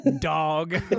dog